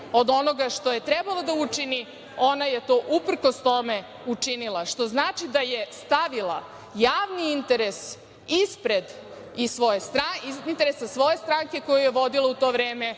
od onoga što je trebalo da učini, ona je to uprkos tome učinila, što znači da je stavila javni interes ispred svoje stranke koju je vodila u to vreme,